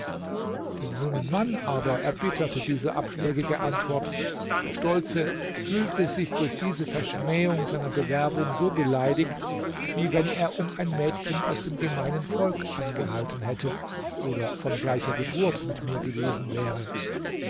den jungen mann aber erbitterte diese abschlägige antwort der stolze fühlte sich durch diese verschmähung seiner bewerbung so beleidigt wie wenn er um ein mädchen aus dem gemeinen volk angehalten hätte oder von gleicher geburt mit mir gewesen wäre